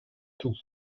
tout